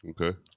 Okay